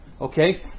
okay